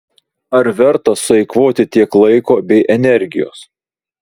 ar verta sueikvoti tiek laiko bei energijos